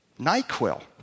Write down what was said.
NyQuil